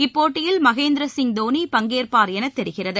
இப்போட்டியில் மகேந்திரசிங் தோனி பங்கேற்பார் என தெரிகிறது